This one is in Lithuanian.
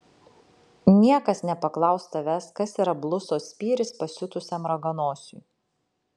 niekas nepaklaus tavęs kas yra blusos spyris pasiutusiam raganosiui